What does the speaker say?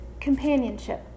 companionship